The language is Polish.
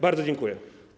Bardzo dziękuję.